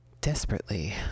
desperately